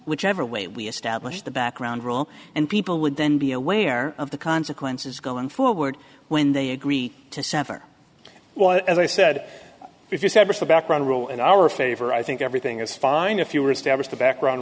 whichever way we establish the background rule and people would then be aware of the consequences going forward when they agree to sever well as i said if you separate the background rule in our favor i think everything is fine if you were